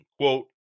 quote